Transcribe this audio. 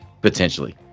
potentially